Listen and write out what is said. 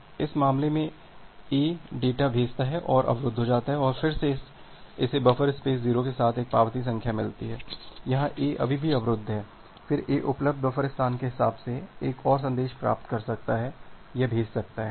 तो इस मामले में A डेटा भेजता है और अवरुद्ध हो जाता है और फिर इसे बफर स्पेस 0 के साथ एक पावती संख्या मिलती है यहां A अभी भी अवरुद्ध है फिर A उपलब्ध बफर स्थान के हिसाब से एक और संदेश प्राप्त कर सकता है या भेज सकता है